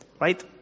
right